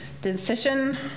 decision